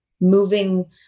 moving